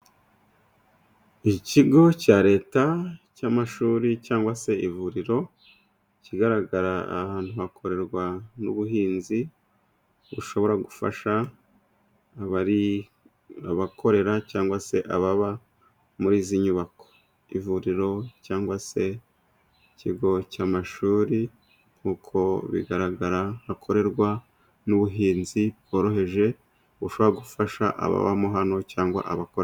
Ikigo cya Leta cy'amashuri cyangwa se ivuriro ikigaragara aha hantu hakorerwa n'ubuhinzi bushobora gufasha abari abakorera cyangwa se ababa muri izi nyubako. Ivuriro cyangwa se ikigo cy'amashuri uko bigaragara hakorerwa n'ubuhinzi bworoheje bushobora gufasha ababamo hano cyangwa abakora.